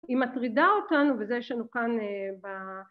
‫היא מטרידה אותנו, ‫וזה יש לנו כאן ב...